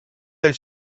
del